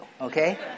okay